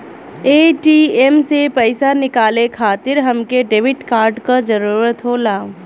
ATM से पइसा निकाले खातिर हमके डेबिट कार्ड क जरूरत होला